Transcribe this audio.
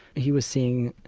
he was seeing,